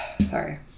sorry